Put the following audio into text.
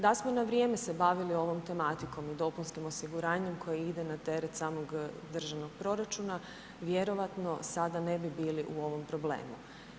Da smo na vrijeme se bavili ovom tematikom i dopunskim osiguranjem koje ide na teret samog državnog proračuna, vjerovatno sada ne bi bili u ovom problemu.